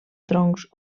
troncs